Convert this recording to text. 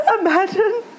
Imagine